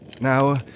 Now